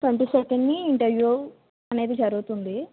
twenty సెకండ్ని interview అనేది జరుగుతుంది